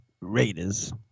Raiders